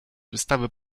wystawy